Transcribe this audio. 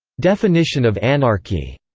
definition of anarchy.